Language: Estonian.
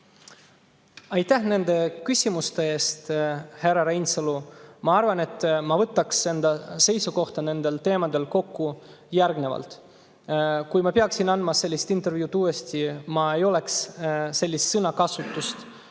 Aitäh nende küsimuste eest, härra Reinsalu! Ma arvan, et ma võtaks enda seisukoha nendel teemadel kokku järgnevalt. Kui ma peaksin andma sellise intervjuu uuesti, siis ma selliseid sõnu ei kasutaks.